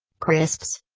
crisps?